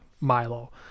Milo